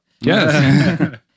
Yes